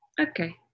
Okay